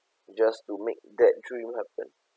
just to make that dream happen